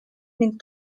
ning